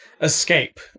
escape